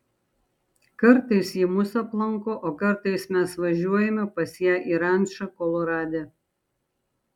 kartais ji mus aplanko o kartais mes važiuojame pas ją į rančą kolorade